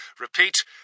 Repeat